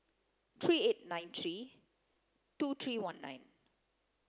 three eight nine three two three one nine